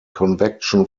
convection